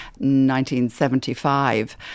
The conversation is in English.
1975